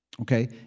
Okay